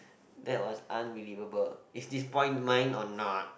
that was unbelievable is this point mine or not